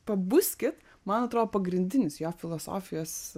pabuskit man atrodo pagrindinis jo filosofijos